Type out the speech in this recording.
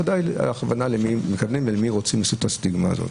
בוודאי מבינים למי רוצים לייצר את הסטיגמה הזאת.